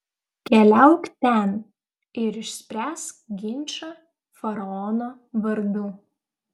keliauk ten ir išspręsk ginčą faraono vardu